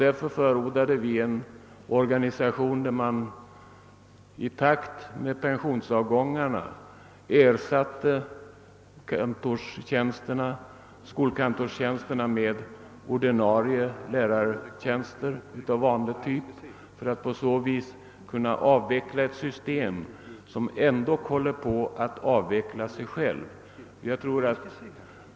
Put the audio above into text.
Därför förordade vi en organisation, där man i takt med pensionsavgångarna ersatte skolkantorstjänsterna med ordinarie lärartjänster av vanlig typ för att på så vis kunna avveckla ett system som ändock håller på att avveckla sig självt.